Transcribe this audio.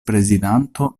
prezidanto